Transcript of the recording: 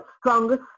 strongest